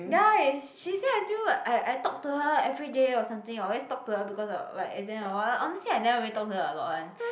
ya is she she say until I I talk to her everyday or something I always talk to her because of like exam or what but honestly I never really talk to her a lot one